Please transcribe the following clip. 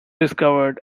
discovered